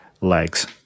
legs